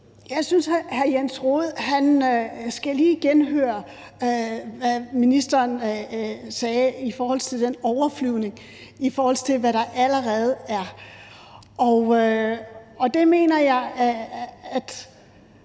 Jeg synes, hr. Jens Rohde lige skulle genhøre, hvad ministeren sagde om en overflyvning, i forhold til hvad der allerede er. Og det mener jeg man